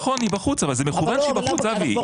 נכון היא בחוץ אבל זה מכוון שהיא בחוץ אבי,